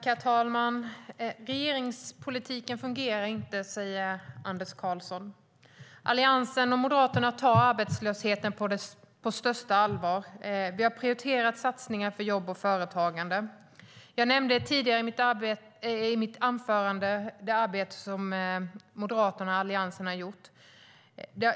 Herr talman! Regeringspolitiken fungerar inte, säger Anders Karlsson. Alliansen och Moderaterna tar arbetslösheten på största allvar. Vi har prioriterat satsningar för jobb och företagande. Jag nämnde i mitt tidigare anförande det arbete som Moderaterna och Alliansen har gjort.